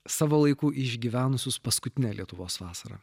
savo laiku išgyvenusius paskutinę lietuvos vasarą